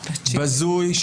בזוי,